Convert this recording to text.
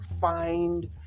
find